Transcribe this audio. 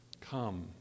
Come